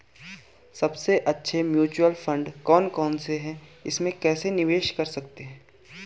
सबसे अच्छे mutual fund कौन कौनसे हैं इसमें कैसे निवेश कर सकते हैं?